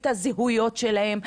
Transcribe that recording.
את הזהויות שלהם.